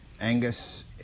Angus